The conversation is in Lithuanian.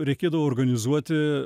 reikėdavo organizuoti